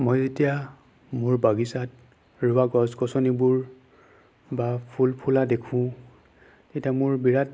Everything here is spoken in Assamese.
মই এতিয়া মোৰ বাগিচাত ৰোৱা গছ গছনিবোৰ বা ফুল ফুলা দেখোঁ তেতিয়া মোৰ বিৰাট